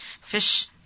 Fish